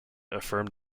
affirmed